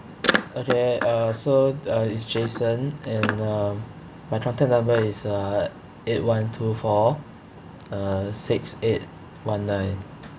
okay uh so uh it's jason and um my contact number is uh eight one two four uh six eight one nine